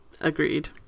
Agreed